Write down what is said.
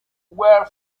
were